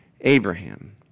Abraham